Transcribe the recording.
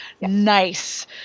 nice